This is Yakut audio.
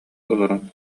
олорон